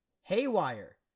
Haywire